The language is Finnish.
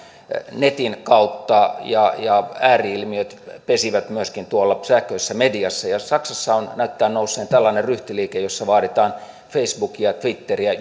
netin kautta ja ja ääri ilmiöt pesivät myöskin tuolla sähköisessä mediassa ja saksassa näyttää nousseen tällainen ryhtiliike jossa vaaditaan facebookia twitteriä